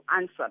answer